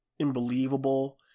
unbelievable